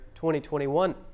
2021